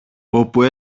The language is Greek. όπου